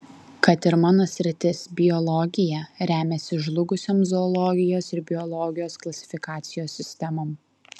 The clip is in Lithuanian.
kad ir mano sritis biologija remiasi žlugusiom zoologijos ir biologijos klasifikacijos sistemom